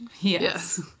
Yes